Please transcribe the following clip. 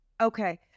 Okay